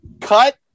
Cut